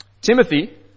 Timothy